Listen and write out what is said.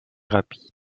rapide